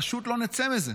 פשוט לא נצא מזה.